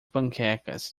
panquecas